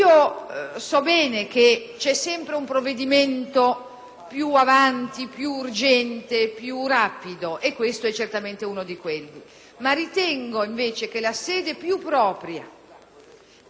più avanti, più urgente, più rapido, e questo è uno di quelli, ma ritengo che la sede più propria che possa ricomprendere in un testo di legge